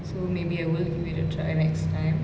so maybe I will give it a try next time